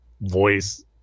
voice